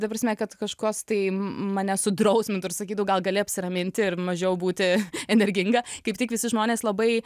ta prasme kad kažkas tai mane sudrausmintų ir sakytų gal gali apsiraminti ir mažiau būti energinga kaip tik visi žmonės labai